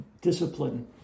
discipline